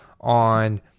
on